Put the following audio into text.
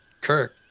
Kirk